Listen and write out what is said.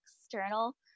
external